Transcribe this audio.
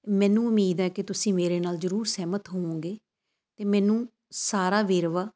ਮੈਨੂੰ ਉਮੀਦ ਹੈ ਕਿ ਤੁਸੀਂ ਮੇਰੇ ਨਾਲ ਜ਼ਰੂਰ ਸਹਿਮਤ ਹੋਵੋਗੇ ਅਤੇ ਮੈਨੂੰ ਸਾਰਾ ਵੇਰਵਾ